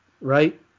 right